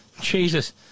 Jesus